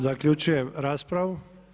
Zaključujem raspravu.